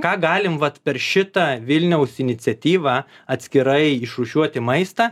ką galim vat per šitą vilniaus iniciatyvą atskirai išrūšiuoti maistą